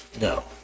No